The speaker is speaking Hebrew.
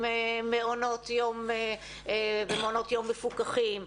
עם מעונות יום ומעונות יום מפוקחים,